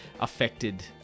affected